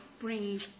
brings